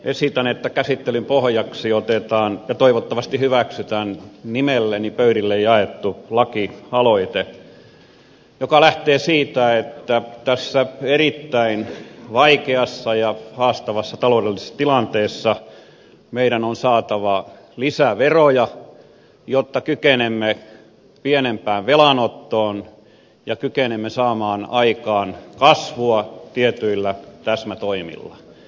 esitän että käsittelyn pohjaksi otetaan ja toivottavasti hyväksytään nimelläni pöydille jaettu lakialoite joka lähtee siitä että tässä erittäin vaikeassa ja haastavassa taloudellisessa tilanteessa meidän on saatava lisäveroja jotta kykenemme pienempään velanottoon ja kykenemme saamaan aikaan kasvua tietyillä täsmätoimilla